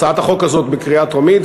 את הצעת החוק הזאת בקריאה טרומית,